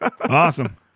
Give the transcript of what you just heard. Awesome